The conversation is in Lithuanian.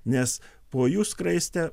nes po jų skraiste